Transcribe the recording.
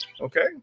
okay